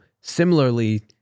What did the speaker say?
similarly